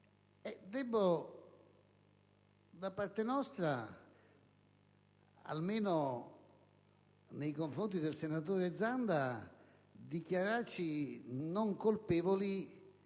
io, da parte nostra, almeno nei confronti del senatore Zanda, dobbiamo dichiararci non colpevoli